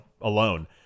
alone